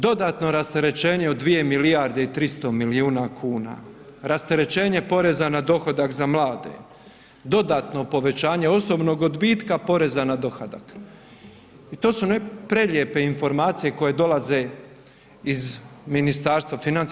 Dodatno rasterećenje od 2 milijarde i 300 milijuna kuna, rasterećenje poreza na dohodak za mlade, dodatno povećanje osobnog odbitka poreza na dohodak i to su prelijepe informacije koje dolaze iz Ministarstva financija.